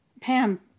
Pam